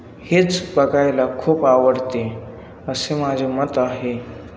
हेच बघायला खूप आवडते असे माझे मत आहे